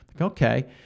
Okay